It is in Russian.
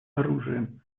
оружием